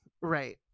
right